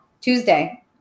Tuesday